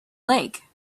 lake